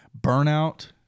burnout